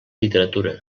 literatura